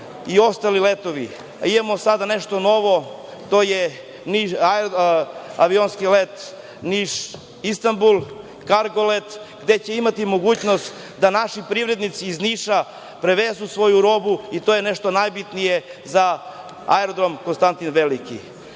i ostali letovi. Sada imamo nešto novo, to je avionski let Niš – Istanbul, kargo let, gde će imati mogućnost da naši privrednici iz Niša prevezu svoju robu i to je nešto najbitnije za Aerodrom „Konstantin Veliki“.Još